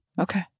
Okay